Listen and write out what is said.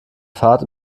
fahrt